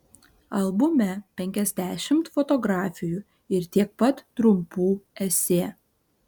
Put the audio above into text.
albume penkiasdešimt fotografijų ir tiek pat trumpų esė